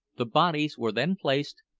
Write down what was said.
the bodies were then placed,